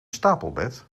stapelbed